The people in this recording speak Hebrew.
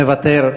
מוותר.